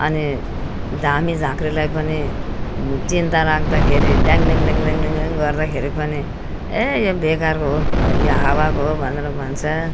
अनि धामी झाँक्रीलाई पनि चिन्ता राख्दाखेरि ड्याङ ड्याङ ड्याङ ड्याङ ड्याङ ड्याङ गर्दाखेरि पनि ए यो बेकारको हो यो हावाको हो भनेर भन्छ